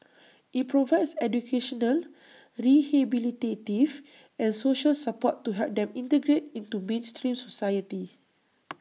IT provides educational rehabilitative and social support to help them integrate into mainstream society